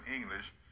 English